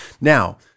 Now